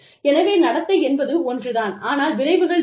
எனவே நடத்தை என்பது ஒன்றுதான் ஆனால் விளைவுகள் வேறு